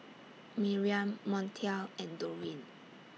Miriam Montel and Dorine